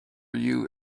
you